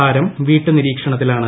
താരം വീട്ടു നിരീക്ഷണത്തിലാണ്